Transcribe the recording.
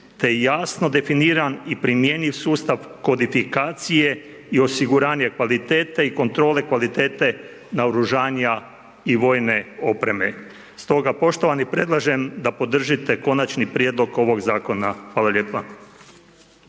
te i jasno definiran i primjenjiv sustav kodifikacije i osiguranja kvalitete i kontrole kvalitete naoružanja i vojne opreme. Stoga poštovani predlažem da podržite Konačni prijedlog ovog zakona. Hvala lijepa.